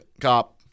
cop